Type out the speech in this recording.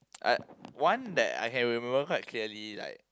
uh one that I had remember quite clearly like